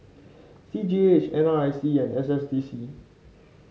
C G H N R C E and S S D C